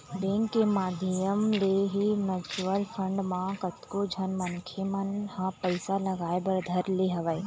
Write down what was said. bank के माधियम ले ही म्यूचुवल फंड म कतको झन मनखे मन ह पइसा लगाय बर धर ले हवय